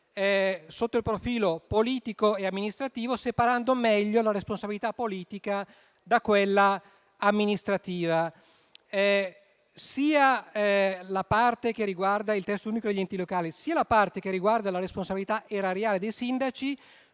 sotto il profilo politico e amministrativo, separando meglio la responsabilità politica da quella amministrativa. Sia la parte che riguarda il Testo unico degli enti locali, sia la parte che riguarda la responsabilità erariale dei sindaci